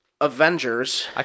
Avengers